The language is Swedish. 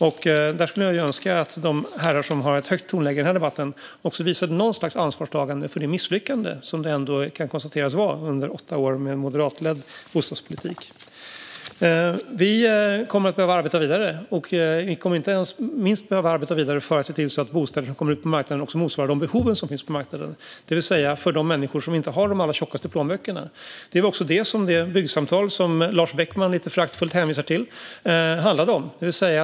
Jag skulle önska att de herrar som har ett högt tonläge i den här debatten kunde visa någon sorts ansvarstagande för det misslyckande som vi ändå kan konstatera att de åtta åren med moderatledd politik blev. Vi kommer att behöva arbeta vidare, inte minst för att se till att bostäder som motsvarar de behov som finns kan komma ut på marknaden, det vill säga för människor som inte har de allra tjockaste plånböckerna. Om det handlade också det byggsamtal som Lars Beckman lite föraktfullt hänvisade till.